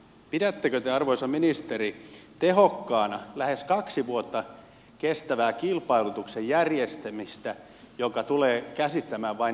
pidättekö te arvoisa ministeri tehokkaana lähes kaksi vuotta kestävää kilpailutuksen järjestämistä joka tulee käsittämään vain neljä vuotta